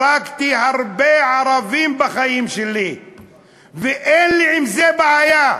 הרגתי הרבה ערבים בחיים שלי ואין לי עם זה בעיה.